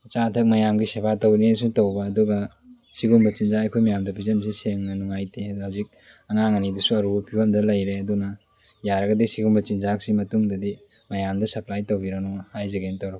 ꯑꯆꯥ ꯑꯊꯛ ꯃꯌꯥꯝꯒꯤ ꯁꯦꯕꯥ ꯇꯧꯏꯅꯦꯅꯁꯨ ꯇꯧꯕ ꯑꯗꯨꯒ ꯁꯤꯒꯨꯝꯕ ꯆꯤꯟꯖꯥꯛ ꯑꯩꯈꯣꯏ ꯃꯌꯥꯝꯗ ꯄꯤꯖꯕꯁꯦ ꯁꯦꯡꯅ ꯅꯨꯡꯉꯥꯏꯇꯦ ꯑꯗꯣ ꯍꯧꯖꯤꯛ ꯑꯉꯥꯡ ꯑꯅꯤꯗꯨꯁꯨ ꯑꯔꯨꯕ ꯐꯤꯕꯝꯗ ꯂꯩꯔꯦ ꯑꯗꯨꯅ ꯌꯥꯔꯒꯗꯤ ꯁꯤꯒꯨꯝꯕ ꯆꯤꯟꯖꯥꯛꯁꯤ ꯃꯇꯨꯡꯗꯗꯤ ꯃꯌꯥꯝꯗ ꯁꯞꯄ꯭ꯂꯥꯏ ꯇꯧꯕꯤꯔꯅꯣ ꯍꯥꯏꯖꯒꯦꯅ ꯇꯧꯔꯛꯄꯅꯦ